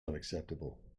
unacceptable